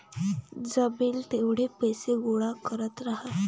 जमेल तेवढे पैसे गोळा करत राहा